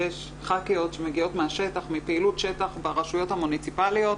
שש ח"כיות שמגיעות מפעילות שטח ברשויות המוניציפליות